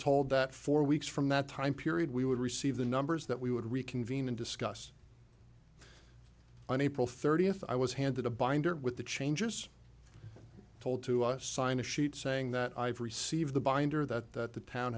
told that four weeks from that time period we would receive the numbers that we would reconvene and discuss on april thirtieth i was handed a binder with the changes told to us sign a sheet saying that i've received the binder that the town